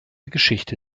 geschichte